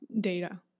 data